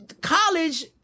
college